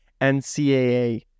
NCAA